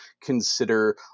consider